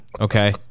okay